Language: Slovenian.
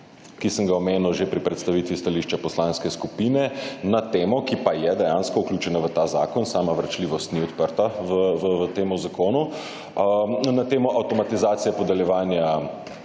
ki sem ga omenil že pri predstavitvi stališča poslanske skupine na temo, ki pa je dejansko vključena v ta zakon, sama vračljivost ni odprta v temu zakonu. In na temo avtomatizacija podeljevanja